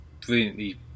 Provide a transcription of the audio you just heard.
brilliantly